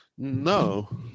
No